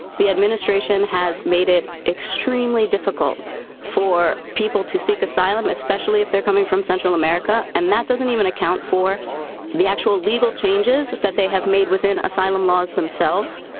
the administration has made it extremely difficult for people to seek asylum, especially if they're coming from central america, and that doesn't even account for the actual legal changes that that they have made within asylum laws, themselves,